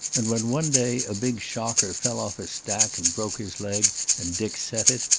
and when one day a big shocker fell off a stack and broke his leg and dick set it,